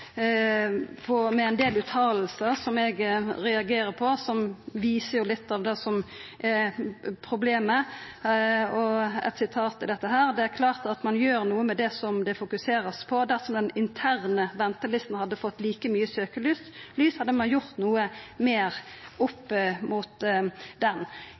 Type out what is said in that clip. sitert med ein del utsegn som eg reagerer på, og som viser litt av det som er problemet. Eit sitat er: «Det er klart at man gjør noe med det som det fokuseres på. Dersom den interne ventelisten hadde fått like mye søkelys, hadde man nok gjort mer opp mot den.»